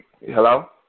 Hello